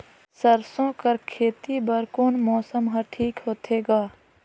सरसो कर खेती बर कोन मौसम हर ठीक होथे ग?